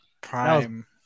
prime